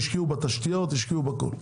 השקיעו בתתשיות, בכול.